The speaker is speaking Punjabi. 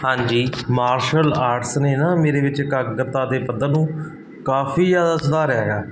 ਹਾਂਜੀ ਮਾਰਸ਼ਲ ਆਰਟਸ ਨੇ ਨਾ ਮੇਰੇ ਵਿੱਚ ਇਕਾਗਰਤਾ ਦੇ ਪੱਧਰ ਨੂੰ ਕਾਫੀ ਜ਼ਿਆਦਾ ਸੁਧਾਰਿਆ ਹੈਗਾ